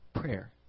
prayer